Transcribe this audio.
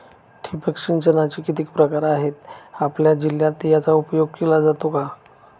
ठिबक सिंचनाचे किती प्रकार आहेत? आपल्या जिल्ह्यात याचा उपयोग केला जातो का?